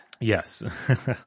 Yes